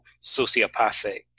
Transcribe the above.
sociopathic